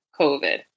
COVID